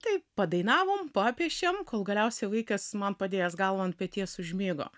tai padainavom papiešėm kol galiausiai vaikas man padėjęs galvą ant peties užmigo